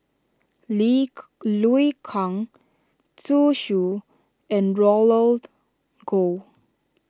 Liu Kang Zhu Xu and Roland Goh